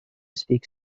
speak